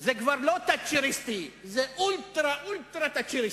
זה כבר לא תאצ'ריסטי, זה אולטרה-אולטרה תאצ'ריסטי.